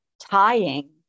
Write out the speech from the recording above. tying